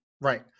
Right